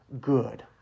good